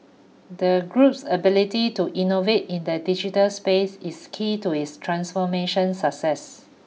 the group's ability to innovate in the digital space is key to its transformation success